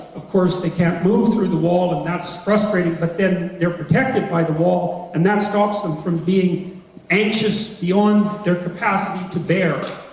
of course, they can't through the wall, but that's frustrating but then they're protected by the wall and that stops them from being anxious beyond their capacity to bear.